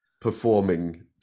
performing